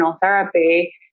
therapy